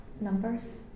Numbers